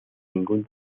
ningún